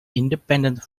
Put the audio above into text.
independent